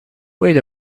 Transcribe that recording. wait